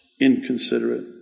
inconsiderate